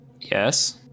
Yes